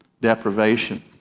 deprivation